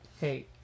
Hey